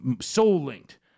soul-linked